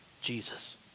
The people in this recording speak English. Jesus